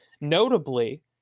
Notably